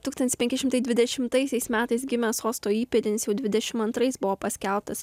tūkstantis penki šimtai dvidešimtaisiais metais gimęs sosto įpėdinis jau dvidešimt antrais buvo paskelbtas